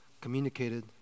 communicated